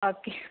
okay